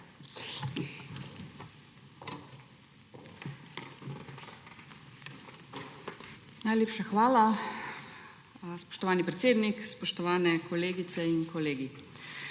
Najlepša hvala, spoštovani predsednik. Spoštovani kolegice in kolegi!